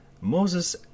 Moses